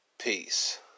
peace